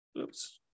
Oops